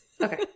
Okay